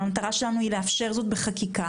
אבל המטרה שלנו היא לאפשר זאת בחקיקה.